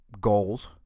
goals